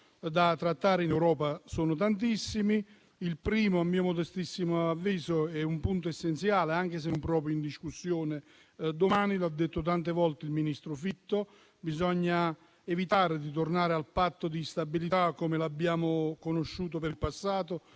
da trattare in Europa sono tantissimi. Il primo, a mio modestissimo avviso, è un punto essenziale, anche se non proprio in discussione. Domani, come ha detto tante volte il ministro Fitto, bisogna evitare di tornare al Patto di stabilità come lo abbiamo conosciuto in passato,